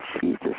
Jesus